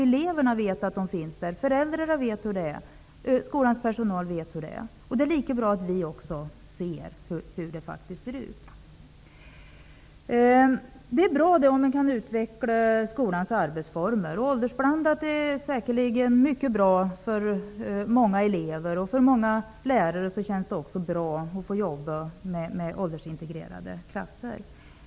Eleverna vet att de finns, föräldrarna vet hur det är, och skolans personal vet hur det är. Det är lika bra att också vi ser hur det faktiskt ser ut. Det är bra om skolans arbetsformer kan utvecklas. Åldersblandade klasser är säkerligen mycket bra för många elever. För många lärare känns det också bra att få jobba med åldersintegrerade klasser.